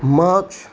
माछ